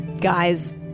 guys